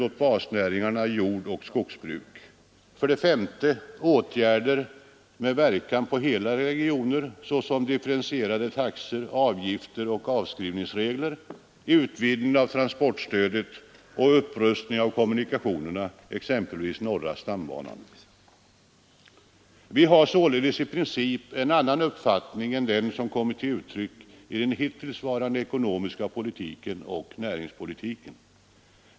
Åtgärder med verkan på hela regioner, såsom differentierade taxor, avgifter och avskrivningsregler, utvidgning av transportstödet och upprustning av kommunikationerna, t.ex. norra stambanan. Vi har således i princip en annan uppfattning än den som kommit till uttryck i den hittills förda ekonomiska politiken och näringspolitiken.